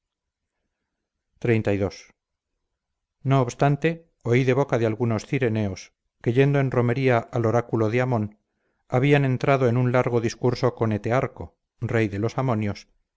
del sol xxxii no obstante oí de boca de algunos cireneos que yendo en romería al oráculo de amon habían entrado en un largo discurso con etearco rey de los amonios